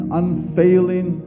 unfailing